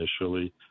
initially